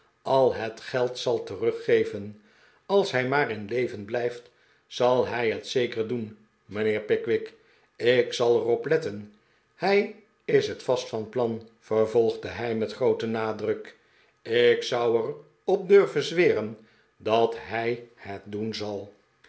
al het geld zal teruggeven als hij maar in leven blijft zal hij het zeker doen mijnheer pickwick ik zal er op letten hij is het vast van plan vervolgde hij met grooten nadruk ik zou er op durven zweren dat hij het doen zal